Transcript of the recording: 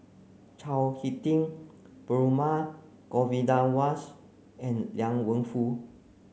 Chao Hick Tin Perumal Govindaswas and Liang Wenfu